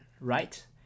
right